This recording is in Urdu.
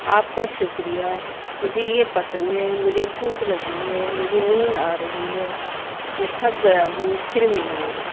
آپ کا شکریہ مجھے یہ پسند ہے مجھے بھوک لگی ہے مجھے نیند آ رہی ہے میں تھک گیا ہوں پھر ملیں گے